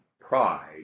pride